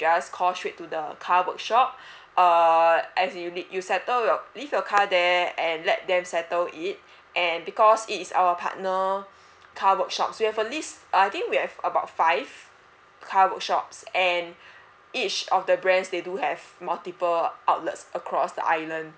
just call straight to the car workshop uh as you lea~ you settle your leave your car there and let them settle it and because it is our partner car workshops we have a list I think we have about five car workshops and each of the brands they do have multiple outlets across the island